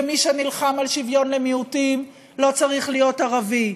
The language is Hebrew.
ומי שנלחם על שוויון למיעוטים לא צריך להיות ערבי.